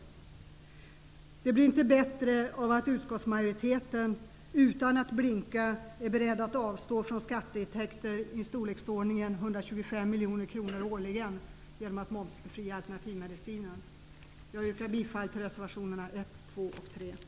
Och inte blir det bättre av att utskottsmajoriteten, utan att blinka, är beredd att avstå från skatteintäkter om i storleksordningen 125 miljoner kronor årligen genom momsbefrielse av alternativmedicinen. Jag yrkar bifall till reservationerna 1, 2 och 3.